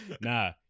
Nah